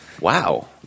wow